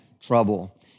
trouble